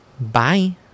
Bye